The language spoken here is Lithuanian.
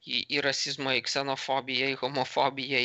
į į rasizmą į ksenofobiją į homofobiją